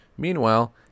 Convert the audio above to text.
Meanwhile